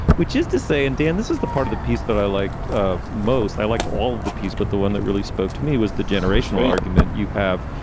which is to say and dan, this is the part of the piece that i liked ah most. i liked all of the piece. but the one that really spoke to me was the generational argument you have,